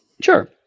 Sure